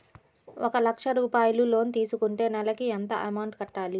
ఒక లక్ష రూపాయిలు లోన్ తీసుకుంటే నెలకి ఎంత అమౌంట్ కట్టాలి?